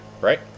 right